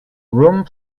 room